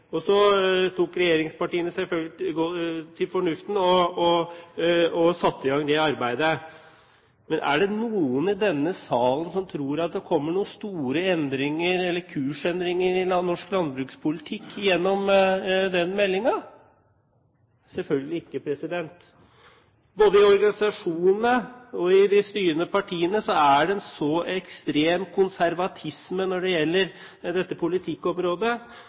stortingsmelding. Så tok regjeringspartiene til fornuft og satte i gang det arbeidet. Men er det noen i denne salen som tror at det kommer noen store endringer, eller kursendringer, i norsk landbrukspolitikk gjennom den meldingen? Selvfølgelig ikke! Både i organisasjonene og i de styrende partiene er det en så ekstrem konservatisme når det gjelder dette politikkområdet,